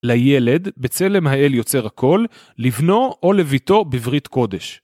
לילד, בצלם האל יוצר הכל, לבנו או לביתו בברית קודש.